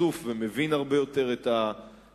שחשוף ומבין הרבה יותר את הנושא.